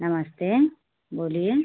नमस्ते बोलिए